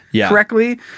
correctly